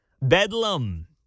Bedlam